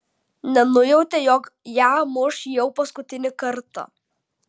nenujautė jog ją muš jau paskutinį kartą